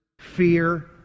fear